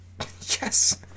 Yes